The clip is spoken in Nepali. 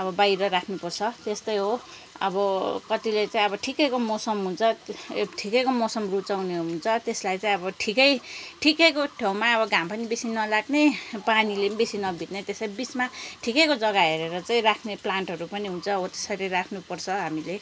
अब बाहिर राख्नुपर्छ त्यस्तै हो अब कत्तिले चाहिँ अब ठिकैको मौसम हुन्छ ठिकैको मौसम रुचाउने हुन्छ त्यसलाई चाहिँ अब ठिकै ठिकैको ठाउँमा अब घाम पनि बेसी नलाग्ने पानीले पनि बेसी नभिज्ने त्यसरी बिचमा ठिकैको जग्गा हेरर चाहिँ राख्ने प्लान्टहरू पनि हुन्छ हो त्यसरी राख्नुपर्छ हामीले